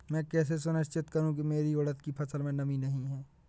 मैं कैसे सुनिश्चित करूँ की मेरी उड़द की फसल में नमी नहीं है?